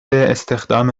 استخدام